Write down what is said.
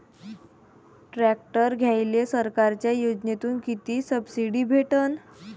Tractor घ्यायले सरकारच्या योजनेतून किती सबसिडी भेटन?